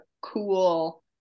cool